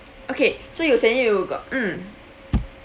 okay so you saying you got mm